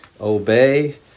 obey